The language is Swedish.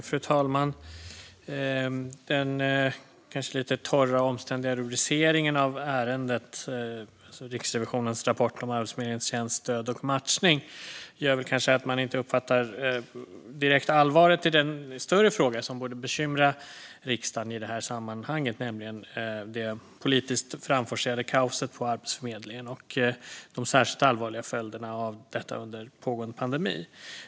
Fru talman! Den kanske lite torra och omständliga rubriceringen av det här ärendet, alltså Riksrevisionens rapport om Arbetsförmedlingen s tjänst Stöd och matchning , gör kanske att man inte uppfattar allvaret i den större fråga som borde bekymra riksdagen i det här sammanhanget, nämligen det politiskt framforcerade kaoset på Arbetsförmedlingen och de särskilt allvarliga följderna av detta under den pågående pandemin.